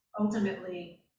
ultimately